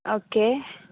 okay